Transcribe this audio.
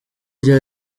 rya